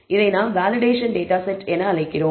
இதை நாம் validation data set என்று அழைக்கிறோம்